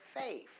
faith